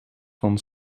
van